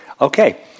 Okay